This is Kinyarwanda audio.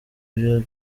ibyo